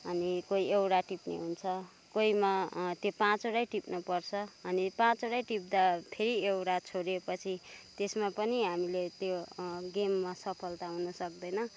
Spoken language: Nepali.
अनि कोही एउटा टिप्ने हुन्छ कोहीमा त्यो पाँचवटै टिप्नुपर्छ अनि पाँचवटै टिप्दा फेरि एउटा छोडिएपछि त्यसमा पनि हामीले त्यो त्यो गेममा सफलता हुन सक्दैन